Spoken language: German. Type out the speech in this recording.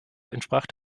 entsprach